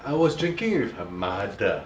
I was drinking with her mother